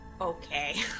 Okay